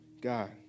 God